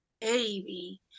Baby